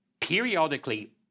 periodically